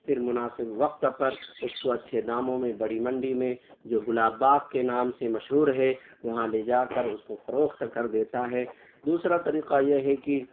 پھر مناسب وقت پر اس کو اچھے داموں میں بڑی منڈی میں جو گلاب باغ کے نام سے مشہور ہے وہاں لے جا کر اس کو فروخت کر دیتا ہے دوسرا طریقہ یہ ہے کہ